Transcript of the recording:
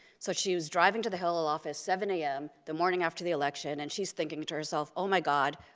so she was driving to the hillel office, seven a m, the morning after the election, and she's thinking to herself oh my god,